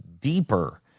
deeper